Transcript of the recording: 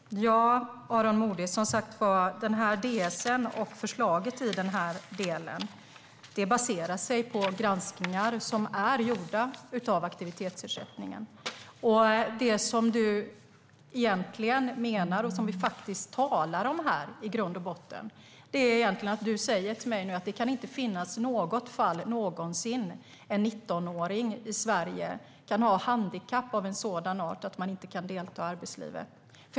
Fru talman! Ja, Aron Modig, regeringens departementsskrivelse och förslaget i den baserar sig på granskningar av aktivitetsersättningen som har gjorts. I grund och botten säger du till mig att det inte kan finnas något fall någonsin då en 19-åring i Sverige kan ha ett handikapp av en sådan art att denna 19-åring inte kan delta i arbetslivet.